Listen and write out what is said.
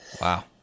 Wow